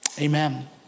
amen